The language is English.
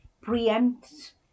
preempt